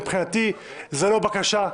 מבחינתי זאת לא בקשה.